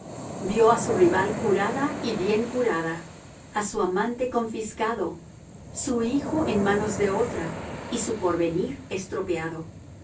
vio a su rival curada y bien curada a su amante confiscado su hijo en manos de otra y su porvenir estropeado